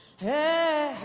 hey,